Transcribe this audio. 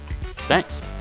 Thanks